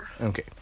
Okay